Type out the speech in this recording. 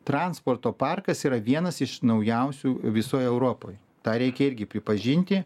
transporto parkas yra vienas iš naujausių visoj europoj tą reikia irgi pripažinti